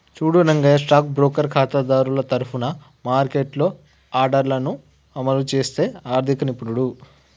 చూడు Rangayya stock broker ఖాతాదారుల తరఫున మార్కెట్లో ఆర్డర్లను అమలు చేసే ఆర్థిక నిపుణుడు